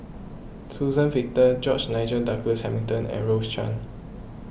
Suzann Victor George Nigel Douglas Hamilton and Rose Chan